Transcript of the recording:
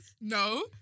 No